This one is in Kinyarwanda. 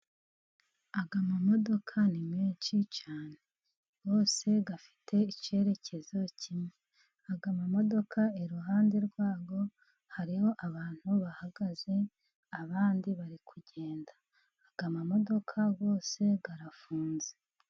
Aya mamodoka ni menshi cyane, yose afite icyerekezo kimwe. Aya mamodoka iruhande rwayo hariho abantu bahagaze abandi bari kugenda. Aya mamodoka yose arafunze.